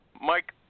Mike